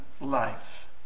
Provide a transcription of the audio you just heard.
life